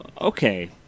okay